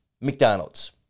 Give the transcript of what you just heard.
mcdonald's